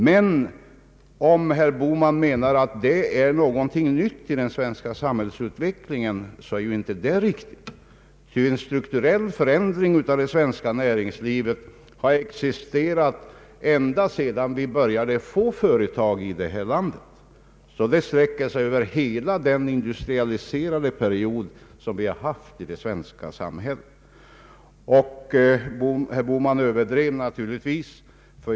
Men om herr Bohman menar att detta är någonting nytt i den svenska samhällsutvecklingen, är ju det inte riktigt, ty en strukturell förändring av det svenska näringslivet har ägt rum ända sedan vi började få företag i detta land. Strukturförändringen sträcker sig över hela den industrialiserade perioden i det svenska samhället. Herr Bohman överdrev = naturligtvis.